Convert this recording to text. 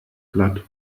platt